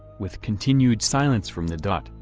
with continued silence from the dot,